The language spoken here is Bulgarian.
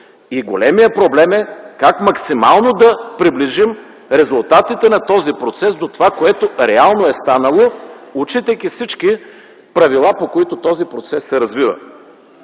Големият проблем е как максимално да приближим резултатите на този процес до това, което реално е станало, отчитайки всички правила, по които този процес се развива.